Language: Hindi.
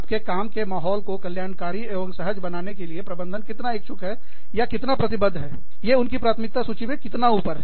आपके काम के माहौल को कल्याणकारी एवं सहज बनाने के लिए प्रबंधन कितना इच्छुक है या कितना प्रतिबद्ध है ये उनकी प्राथमिकता सूची में कितना ऊपर है